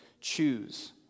choose